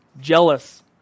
jealous